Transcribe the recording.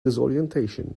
disorientation